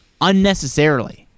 unnecessarily